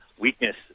weakness –